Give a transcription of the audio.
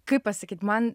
kaip pasakyt man